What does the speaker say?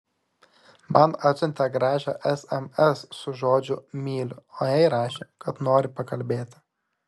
man atsiuntė gražią sms su žodžiu myliu o jai rašė kad nori pakalbėti